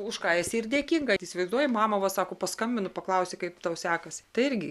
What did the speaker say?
už ką esi ir dėkinga įsivaizduoji mama va sako paskambinu paklausti kaip tau sekasi tai irgi